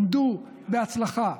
עמדו בהצלחה,